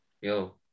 yo